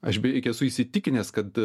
aš beveik esu įsitikinęs kad